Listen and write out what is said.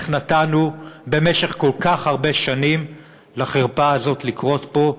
איך נתנו במשך כל כך הרבה שנים לחרפה הזאת לקרות פה,